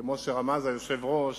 כמו שרמז היושב-ראש,